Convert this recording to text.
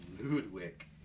Ludwig